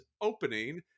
opening